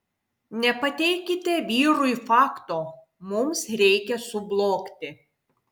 nepateikite vyrui fakto mums reikia sublogti